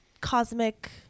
cosmic